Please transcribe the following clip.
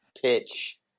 pitch